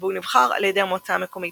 והוא נבחר על ידי המועצה המקומית,